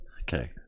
Okay